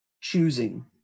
choosing